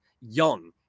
young